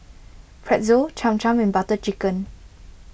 Pretzel Cham Cham and Butter Chicken